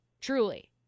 Truly